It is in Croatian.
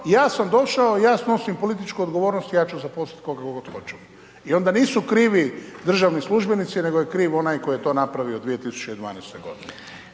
ja sam došao, ja snosim političku odgovornost, ja ću zaposliti koga god hoću. I onda nisu krivi državni službenici nego je kriv onaj koji je to napravio 2012. godine.